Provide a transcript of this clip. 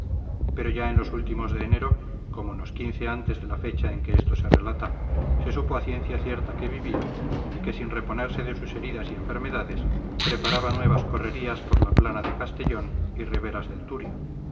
pero ya en los últimos de enero como unos quince antes de la fecha en que esto se relata se supo a ciencia cierta que vivía y que sin reponerse de sus heridas y enfermedades preparaba nuevas correrías por la plana de castellón y riberas